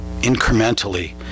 incrementally